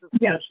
yes